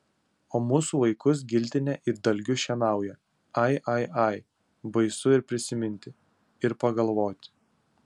o mūsų vaikus giltinė it dalgiu šienauja ai ai ai baisu ir prisiminti ir pagalvoti